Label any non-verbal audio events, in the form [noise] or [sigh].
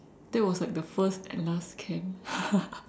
that was like the first and last camp [laughs]